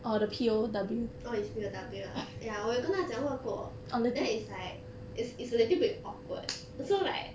orh is P_O_W ah ya 我有跟他讲话过 then is like is is a little bit awkward so like